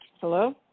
Hello